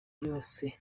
yose